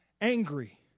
angry